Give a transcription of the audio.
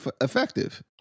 effective